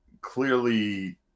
clearly